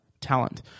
talent